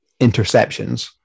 interceptions